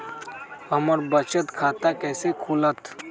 हमर बचत खाता कैसे खुलत?